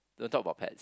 don't talk about pets